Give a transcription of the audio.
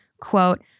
quote